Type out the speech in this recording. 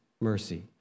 mercy